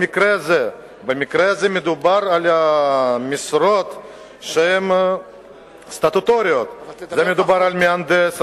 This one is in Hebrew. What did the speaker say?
במקרה הזה מדובר על משרות סטטוטוריות: על מהנדס,